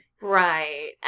Right